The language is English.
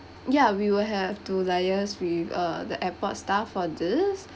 ya we will have to liase with uh the airport staff for this